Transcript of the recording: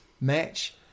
match